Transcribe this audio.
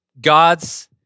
God's